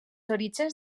orígens